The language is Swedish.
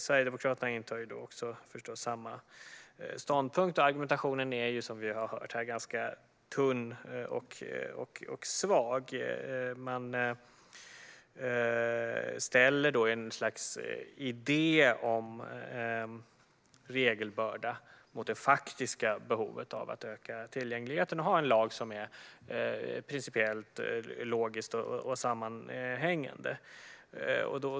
Sverigedemokraterna intar förstås samma ståndpunkt, och argumentationen är, som vi har hört, ganska tunn och svag. Man ställer en idé om regelbörda mot det faktiska behovet av att öka tillgängligheten och ha en lag som är principiellt logisk och sammanhängande.